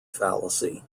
fallacy